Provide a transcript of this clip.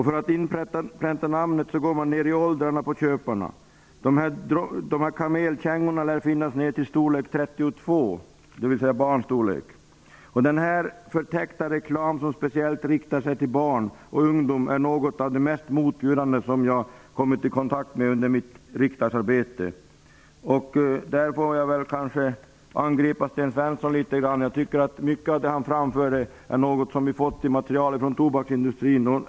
För att inpränta namnet går man ner i åldrarna på köparna. Kamelkängorna lär finnas ner till storlek 32, dvs. barnstorlek. Denna förtäckta reklam, som speciellt riktar sig till barn och ungdom, är något av det mest motbjudande som jag har kommit i kontakt med under mitt riksdagsarbete. I detta sammanhang vill jag angripa Sten Svensson litet grand. Jag tycker att mycket av det som han anförde är sådant material som vi har fått från tobaksindustrin.